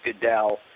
Goodell